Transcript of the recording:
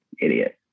idiot